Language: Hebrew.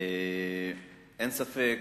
אין ספק